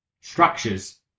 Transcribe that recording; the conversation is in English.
structures